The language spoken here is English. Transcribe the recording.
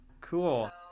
Cool